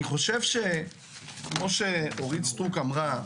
אני חושב שכמו שאורית סטרוק אמרה,